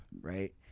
right